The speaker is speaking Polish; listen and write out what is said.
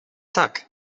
tak